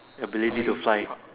ability to fly